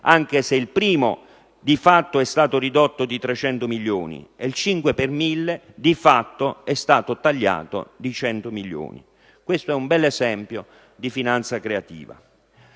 anche se il primo di fatto è stato ridotto di 300 milioni ed il cinque per mille di fatto è stato tagliato di 100 milioni. Questo è un bell'esempio di finanza creativa.